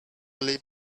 leave